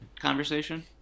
conversation